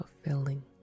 fulfilling